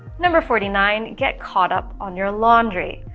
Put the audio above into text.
number forty nine get caught up on your laundry.